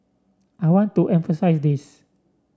I want to emphasise this